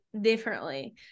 differently